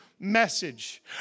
Message